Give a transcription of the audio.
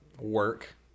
work